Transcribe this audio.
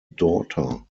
daughter